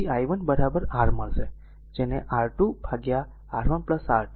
તેથી i1 r મળશે જેને R2 r R1 R2 i કહે છે